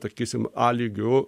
takysim a lygiu